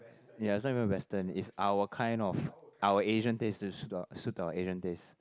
ya is not even Western is our kind of our Asian taste suit to our Asian taste